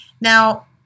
Now